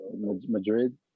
Madrid